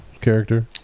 character